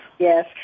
Yes